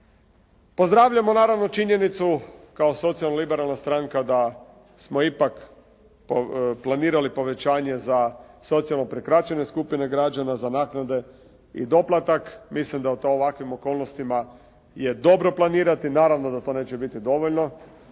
Pozdravljamo naravno činjenicu kao socijalno-liberalna stranka da smo ipak planirali povećanje za socijalno-prikraćene skupine građana, za naknade i doplatak. Mislim da to u ovakvim okolnostima je dobro planirati. Naravno da to neće biti dovoljno,